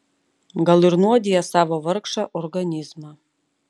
gal ir nuodija savo vargšą organizmą